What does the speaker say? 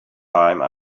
time